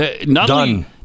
Done